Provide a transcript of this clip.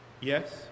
Yes